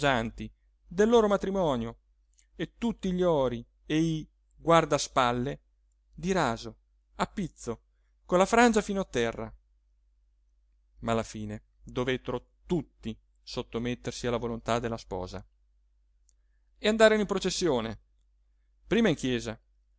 del loro matrimonio e tutti gli ori e i guardaspalle di raso a pizzo con la frangia fino a terra ma alla fine dovettero tutti sottomettersi alla volontà della sposa e andarono in processione prima in chiesa